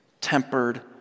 tempered